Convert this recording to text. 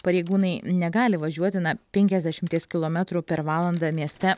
pareigūnai negali važiuoti na penkiasdešimties kilometrų per valandą mieste